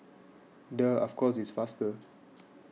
duh of course it's faster